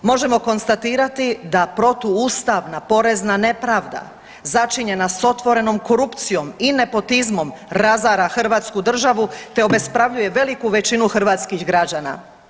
Možemo konstatirati da protu ustavna porezna nepravda začinjena sa otvorenom korupcijom i nepotizmom razara Hrvatsku državu, te obespravljuje veliku većinu hrvatskih građana.